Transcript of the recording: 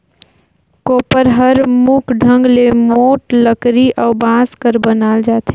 कोपर हर मुख ढंग ले मोट लकरी अउ बांस कर बनाल जाथे